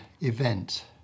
event